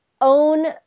own